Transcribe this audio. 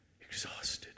exhausted